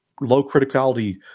low-criticality